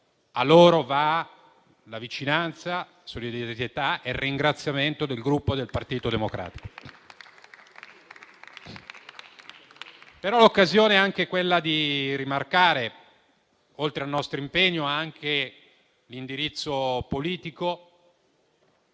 A loro va la vicinanza, la solidarietà e il ringraziamento del Gruppo Partito Democratico. L'occasione permette di rimarcare, oltre al nostro impegno, anche l'indirizzo politico